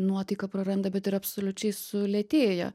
nuotaiką praranda bet ir absoliučiai sulėtėja